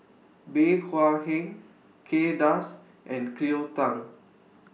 Bey Hua Heng Kay Das and Cleo Thang